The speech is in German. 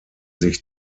sich